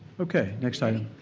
okay, next item.